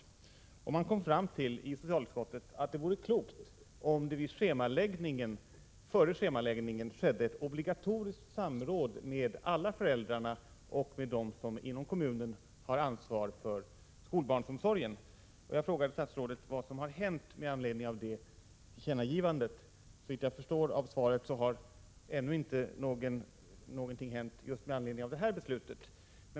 Socialutskottet kom fram till att det vore klokt om det före schemaläggningen skedde ett obligatoriskt samråd mellan alla föräldrar och dem som inom kommunen har ansvar för skolbarnsomsorgen. Jag frågade statsrådet vad som hade hänt med anledning av detta tillkännagivande. Såvitt jag förstår av svaret har ännu ingenting hänt just med anledning av detta beslut.